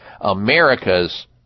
America's